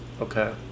Okay